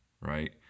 right